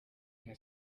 nka